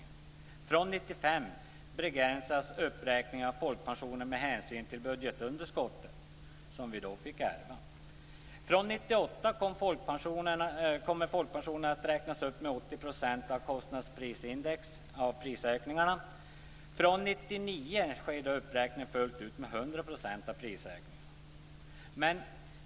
Från år 1995 begränsas uppräkningen av folkpensionen med hänsyn till det budgetunderskott vi då fick ärva. Från 1998 kommer folkpensionerna att räknas upp med 80 % av kostnadsprisindex på prisökningarna. Från 1999 sker uppräkningen fullt ut med 100 % av prisökningarna.